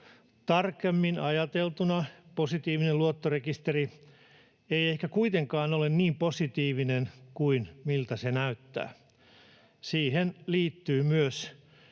Tarkemmin ajateltuna positiivinen luottorekisteri ei ehkä kuitenkaan ole niin positiivinen kuin miltä se näyttää. Siihen liittyy myös